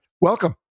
welcome